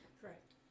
correct